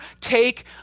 take